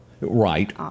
Right